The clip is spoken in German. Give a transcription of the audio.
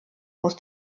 muss